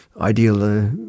ideal